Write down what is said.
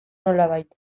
nolabait